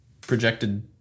projected